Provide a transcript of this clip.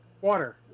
Water